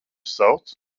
sauc